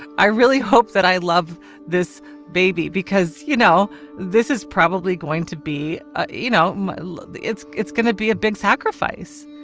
i really hope that i love this baby because you know this is probably going to be a you know my love it's it's going to be a big sacrifice.